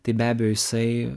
tai be abejo jisai